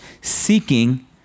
seeking